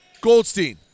Goldstein